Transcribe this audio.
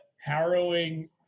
harrowing